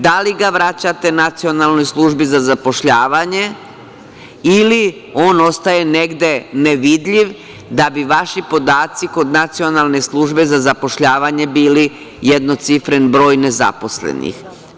Da li ga vraćate Nacionalnoj službi za zapošljavanje ili on ostaje negde nevidljiv, da bi vaši podaci kod Nacionalne službe za zapošljavanje bili jednocifren broj nezaposlenih?